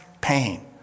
pain